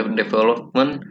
development